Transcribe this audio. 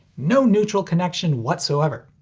no neutral connection whatsoever.